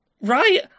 Right